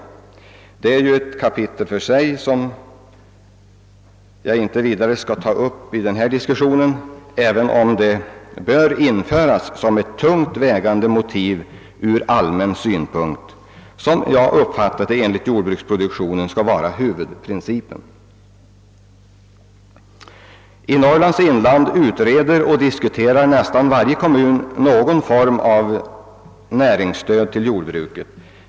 — Men detta är ju ett kapitel för sig, som jag inte vidare skall ta upp i denna diskussion, även om det bör införas som ett tungt vägande motiv ur allmän synpunkt, som, om jag har uppfattat det riktigt, skall vara huvudprincipen. I Norrlands inland utreder och diskuterar nästan varje kommun någon form av näringsstöd till jordbruket.